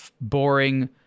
boring